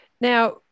Now